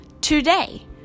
today